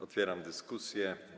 Otwieram dyskusję.